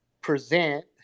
present